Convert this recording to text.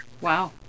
Wow